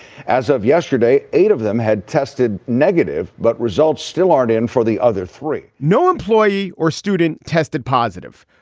as of yesterday, eight of them had tested negative, but results still aren't in for the other three no employee or student tested positive,